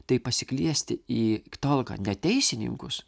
tai pasikviesti į talką ne teisininkus